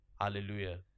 Hallelujah